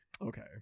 Okay